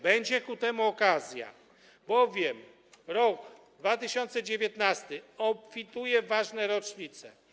Będzie ku temu okazja, bowiem rok 2019 obfituje w ważne rocznice.